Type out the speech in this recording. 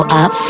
up